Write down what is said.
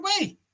away